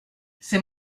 ces